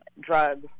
drugs